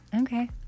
Okay